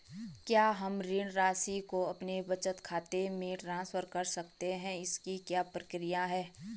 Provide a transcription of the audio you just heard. क्या हम ऋण राशि को अपने बचत खाते में ट्रांसफर कर सकते हैं इसकी क्या प्रक्रिया है?